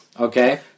okay